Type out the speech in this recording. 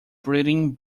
breeding